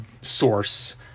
source